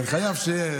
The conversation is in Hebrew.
כן, חייב שיהיה.